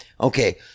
Okay